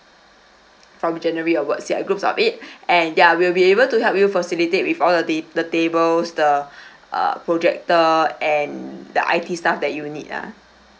from january onwards ya group of eight and ya we'll be able to help you facilitate with all the ta~ the tables the uh projector and the I_T stuff that you need ah